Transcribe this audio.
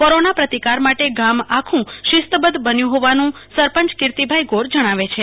corona પ્રતિકાર માટે ગામ આખું શિસ્તબધ્ધ બન્યું ફોવાનું સરપંચ કિર્તિભાઈ ગોર જણાવે છે